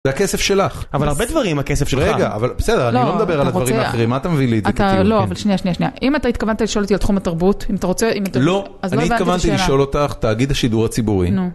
זה הכסף שלך. -אבל הרבה דברים הכסף שלך... -רגע, אבל בסדר, -לא אתה... -אני לא מדבר על הדברים האחרים, מה אתה מביא לי? -אתה... לא, אבל שנייה, שנייה, שנייה. אם אתה התכוונת לשאול אותי על תחום התרבות, אם אתה רוצה... -לא, - אז אני לא הבנתי את השאלה. -אני התכוונתי לשאול אותך, תאגיד השידור הציבורי. -נו...